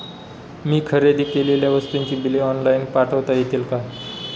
मी खरेदी केलेल्या वस्तूंची बिले ऑनलाइन पाठवता येतील का?